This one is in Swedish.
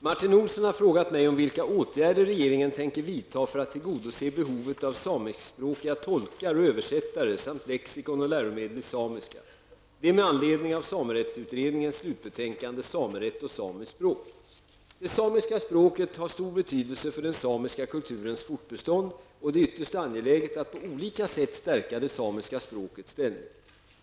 Herr talman! Martin Olsson har frågat mig om vilka åtgärder regeringen tänker vidta för att tillgodose behovet av samiskspråkiga tolkar och översättare samt lexikon och läromedel i samiska -- Det samiska språket har en stor betydelse för den samiska kulturens fortbestånd, och det är ytterst angeläget att på olika sätt stärka det samiska språkets ställning.